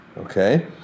Okay